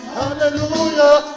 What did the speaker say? hallelujah